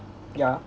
yeah